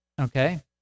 Okay